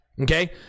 okay